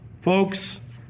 Folks